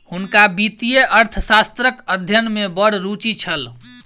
हुनका वित्तीय अर्थशास्त्रक अध्ययन में बड़ रूचि छल